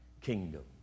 kingdom